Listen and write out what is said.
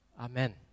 Amen